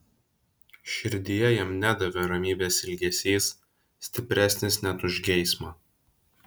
širdyje jam nedavė ramybės ilgesys stipresnis net už geismą